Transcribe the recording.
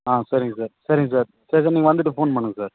ஆ சரிங்க சார் சரிங்க சார் சரி சரி நீங்கள் வந்துட்டு ஃபோன் பண்ணுங்கள் சார்